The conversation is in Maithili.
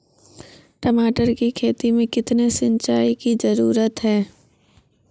टमाटर की खेती मे कितने सिंचाई की जरूरत हैं?